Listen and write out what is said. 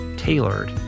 Tailored